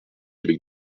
avec